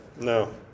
no